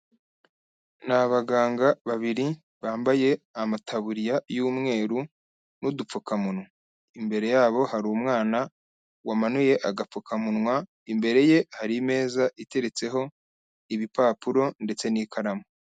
Ni abaganga babiri bambaye amataburiya y'umweru n'udupfukamunwa, imbere yabo hari umwana wamanuye agapfukamunwa, imbere ye hari imeza iteretseho ibipapuro ndetse n'ikaramu.